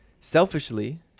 Selfishly